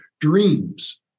dreams